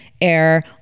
air